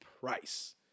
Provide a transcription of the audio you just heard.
price